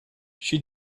she